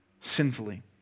sinfully